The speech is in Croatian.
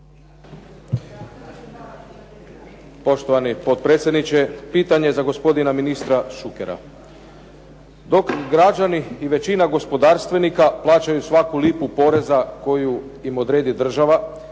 Poštovani potpredsjedniče. Pitanje za gospodina ministra Šukera. Dok građani i većina gospodarstvenika plaćaju svaku lipu poreza koju im odredi država,